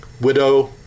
widow